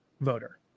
voter